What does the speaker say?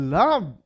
love